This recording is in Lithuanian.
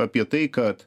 apie tai kad